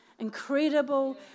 Incredible